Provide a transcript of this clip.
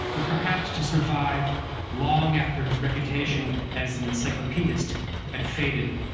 was perhaps to survive long after his reputation as an encyclopedist had faded,